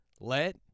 Let